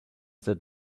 that